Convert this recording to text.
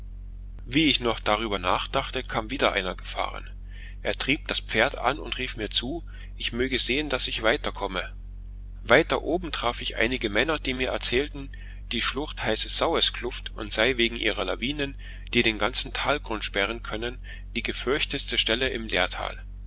wie ich noch darüber nachdachte kam wieder einer gefahren er trieb das pferd an und rief mir zu ich möge sehen daß ich weiterkomme weiter oben traf ich einige männer die mir erzählten die schlucht heiße saueskluft und sei wegen ihrer lawinen die den ganzen talgrund sperren können die gefürchtetste stelle im